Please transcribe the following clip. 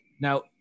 Now